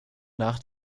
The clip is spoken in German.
nach